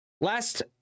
Last